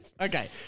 Okay